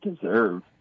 deserve